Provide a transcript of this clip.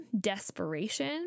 desperation